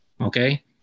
Okay